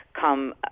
come